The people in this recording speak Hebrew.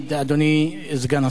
אדוני סגן השר?